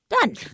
done